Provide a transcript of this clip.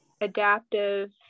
adaptive